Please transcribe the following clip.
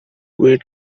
were